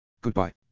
Goodbye